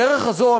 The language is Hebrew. בדרך הזאת,